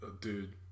dude